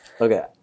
Okay